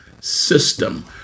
system